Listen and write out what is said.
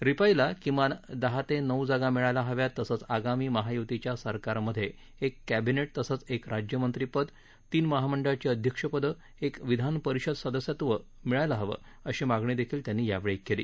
रिपाईला किमान दहा ते नऊ जागा मिळायला हव्यात तसंच आगामी महायुतीच्या सरकारमधे एक कॅबिनेट तसंच एक राज्यमंत्री पद तीन महामंडळाची अध्यक्षपदं एक विधान परिषद सदस्यत्व मिळायला हवीत अशी मागणी देखील त्यांनी यावेळी केली